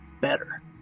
better